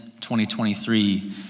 2023